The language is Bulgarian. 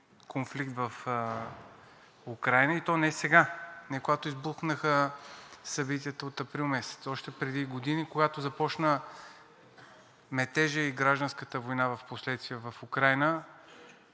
конфликт в Украйна, и то не сега, не когато избухнаха събитията от месец април, още преди години, когато започна метежът и гражданската война впоследствие в Украйна,